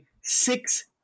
six